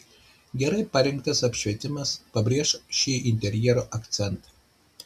gerai parinktas apšvietimas pabrėš šį interjero akcentą